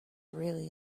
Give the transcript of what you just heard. really